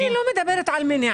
אני לא מדברת על מניעה.